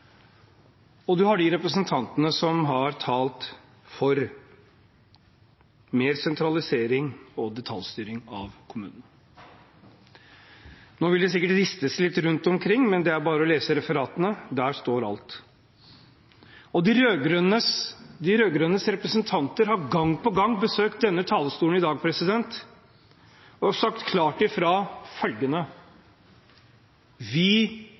og man har de representantene som har talt for mer sentralisering og detaljstyring av kommunene. Nå vil man rundt omkring sikkert riste litt på hodet, men det er bare å lese referatene – der står alt. De rød-grønnes representanter har gang på gang besøkt denne talerstolen i dag og sagt klart fra om følgende: Vi